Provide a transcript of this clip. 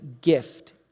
gift